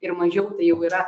ir mažiau tai jau yra